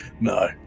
no